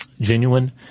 genuine